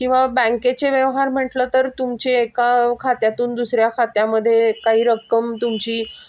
किंवा बँकेचे व्यवहार म्हटलं तर तुमचे एका खात्यातून दुसऱ्या खात्यामध्ये काही रक्कम तुमची